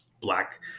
black